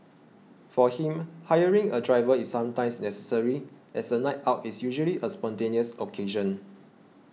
for him hiring a driver is sometimes necessary as a night out is usually a spontaneous occasion